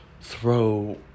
throw